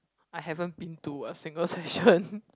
I haven't been to a single session